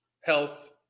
health